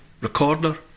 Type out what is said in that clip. Recorder